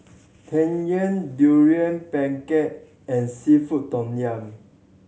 Tang Yuen Durian Pengat and seafood tom yum